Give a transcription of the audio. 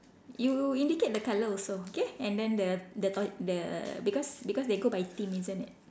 you indicate the colour also okay and then the the t~ the because because they go by theme isn't it